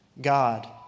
God